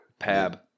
pab